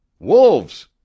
wolves